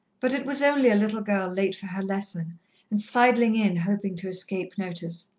but it was only a little girl late for her lesson and sidling in, hoping to escape notice.